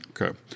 Okay